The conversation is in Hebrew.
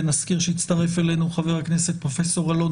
ונזכיר שהצטרך אלינו חבר הכנסת פרופ' אלון